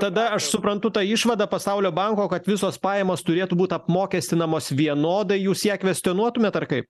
tada aš suprantu tą išvadą pasaulio banko kad visos pajamos turėtų būt apmokestinamos vienodai jūs ją kvestionuotumėt ar kaip